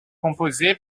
composé